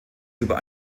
über